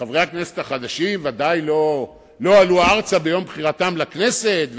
שחברי הכנסת החדשים לא עלו ארצה ביום בחירתם לכנסת,